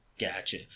Gotcha